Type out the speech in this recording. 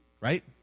right